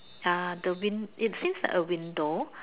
ah the win it seems like a window